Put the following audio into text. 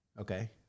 Okay